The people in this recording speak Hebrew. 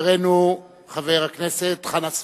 חברנו חבר הכנסת חנא סוייד.